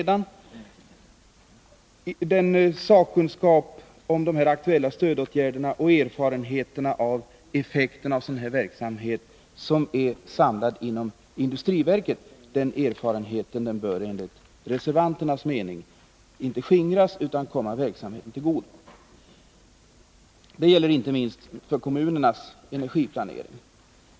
Den sakkunskap om de här aktuella stödåtgärderna och erfarenheterna av effekterna av sådan här verksamhet som är samlad inom industriverket bör enligt reservanternas mening inte skingras utan komma verksamheten till godo. Det gäller inte minst för kommunernas energiplanering.